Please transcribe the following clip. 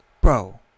Bro